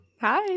Hi